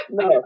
No